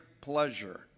pleasure